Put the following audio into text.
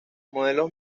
modelos